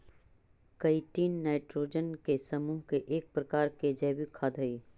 chitin nitrogen के समूह के एक प्रकार के जैविक खाद हई